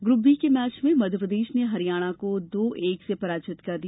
group B के match में मध्य प्रदेश ने हरियाणा को दो एक से पराजित कर दिया